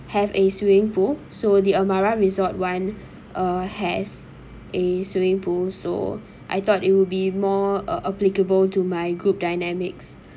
have a swimming pool so the Amara resort [one] uh has a swimming pool so I thought it would be more uh applicable to my group dynamics